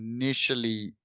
initially